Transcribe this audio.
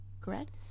correct